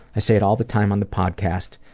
i say it all the time on the podcast,